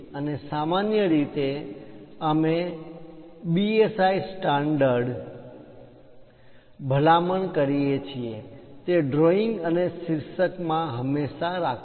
અને સામાન્ય રીતે અમે બીઆઈએસ સ્ટાન્ડર્ડ બીઆઈએસ ધોરણો BIS standards ભલામણ કરીએ છીએ તે ડ્રોઇંગ અને શીર્ષક માં હંમેશા રાખો